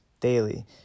daily